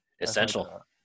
Essential